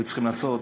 היו צריכים לעשות